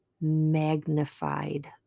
magnified